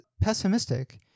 pessimistic